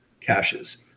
caches